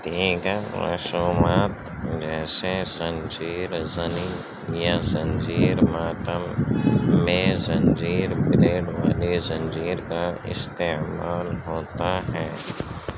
دیگر رسومات جیسے زنجیر زنی یا زنجیر ماتم میں زنجیر بلیڈ والی زنجیر کا استعمال ہوتا ہے